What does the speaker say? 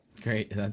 great